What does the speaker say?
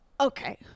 okay